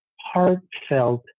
heartfelt